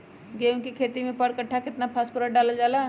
गेंहू के खेती में पर कट्ठा केतना फास्फोरस डाले जाला?